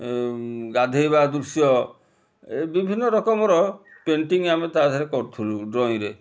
ଗାଧେଇବା ଦୃଶ୍ୟ ବିଭିନ୍ନ ରକମର ପେଣ୍ଟିଂ ଆମେ ତା' ଦେହରେ କରୁଥିଲୁ ଡ୍ରଇଂରେ